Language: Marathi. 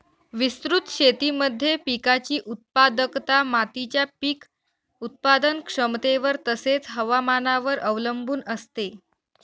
विस्तृत शेतीमध्ये पिकाची उत्पादकता मातीच्या पीक उत्पादन क्षमतेवर तसेच, हवामानावर अवलंबून असते